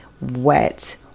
wet